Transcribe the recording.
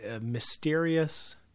mysterious